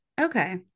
Okay